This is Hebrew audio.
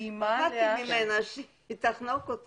הודות למבצע של אדווה אנשים תרמו ביומיים סכום כסף